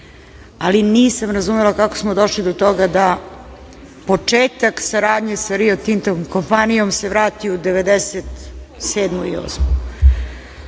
ali nisam razumela kako smo došli do toga da početak saradnje sa „Rio Tintom“ kompanijom se vrati u 1997. i 1998.